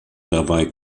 dabei